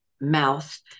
mouth